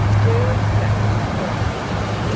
where is jake, the driver, henry?